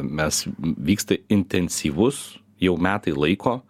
mes vyksta intensyvus jau metai laiko